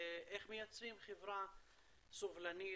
ואיך מייצרים חברה סובלנית,